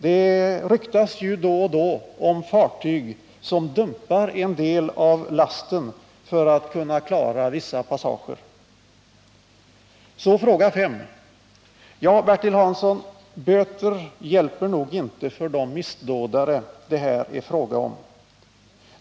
Det ryktas ju då och då om fartyg som dumpar en del av lasten för att kunna klara vissa passager. Ja, Bertil Hansson, böter hjälper nog inte för de missdådare det här är fråga om.